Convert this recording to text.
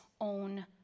own